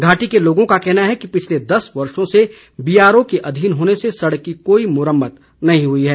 घाटी के लोगों का कहना है कि पिछले दस वर्षो से बीआरओ के अधीन होने से सड़क की कोई मुरम्मत नहीं हुई है